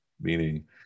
Meaning